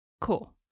Cool